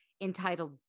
entitled